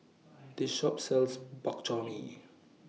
This Shop sells Bak Chor Mee